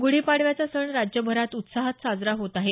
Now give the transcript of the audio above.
गुढी पाडव्याचा सण राज्यभरात उत्साहात साजरा होत आहे